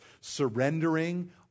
surrendering